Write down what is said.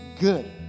good